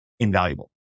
invaluable